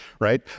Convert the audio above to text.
right